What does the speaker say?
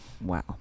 Wow